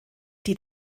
die